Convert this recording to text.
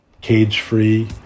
cage-free